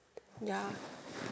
ya